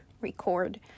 record